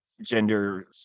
gender